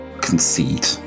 concede